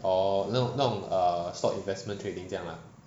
orh 那种那种 err stock investment trading 这样啦